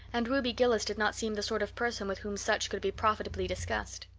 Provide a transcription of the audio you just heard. and ruby gillis did not seem the sort of person with whom such could be profitably discussed.